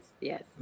yes